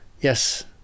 Yes